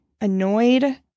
annoyed